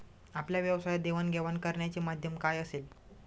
आपल्या व्यवसायात देवाणघेवाण करण्याचे माध्यम काय असेल?